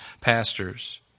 pastors